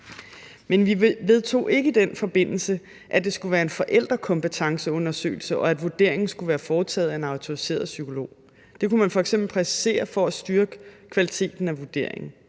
Men vi vedtog ikke i den forbindelse, at det skulle være en forældrekompetenceundersøgelse, og at vurderingen skulle være foretaget af en autoriseret psykolog. Det kunne man f.eks. præcisere for at styrke kvaliteten af vurderingen.